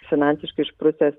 finansiškai išprusęs